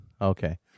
Okay